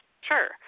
Sure